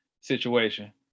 situation